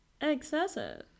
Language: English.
excessive